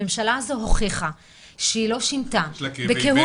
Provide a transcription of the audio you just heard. הממשלה הזו הוכיחה שהיא לא שינתה בכהוא